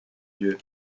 dieu